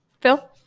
Phil